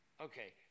Okay